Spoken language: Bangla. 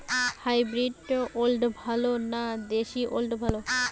হাইব্রিড ওল ভালো না দেশী ওল ভাল?